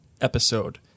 episode